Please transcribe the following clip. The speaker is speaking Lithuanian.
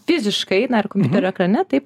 fiziškai na ar kompiuterio ekrane taip